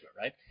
right